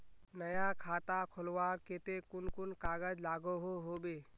नया खाता खोलवार केते कुन कुन कागज लागोहो होबे?